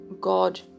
God